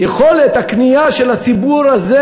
יכולת הקנייה של הציבור הזה,